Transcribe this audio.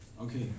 Okay